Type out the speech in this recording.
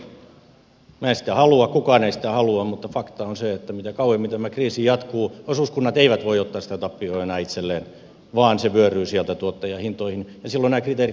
minä en sitä halua kukaan ei sitä halua mutta fakta on se että jos kauemmin tämä kriisi jatkuu osuuskunnat eivät voi ottaa sitä tappiota enää itselleen vaan se vyöryy sieltä tuottajahintoihin ja silloin nämä kriteerit täyttyvät